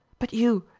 but you,